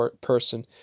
person